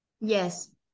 Yes